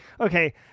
Okay